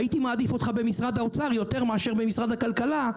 הייתי מעדיף אותך במשרד האוצר יותר מאשר במשרד הכלכלה,